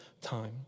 time